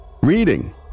reading